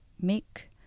make